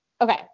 Okay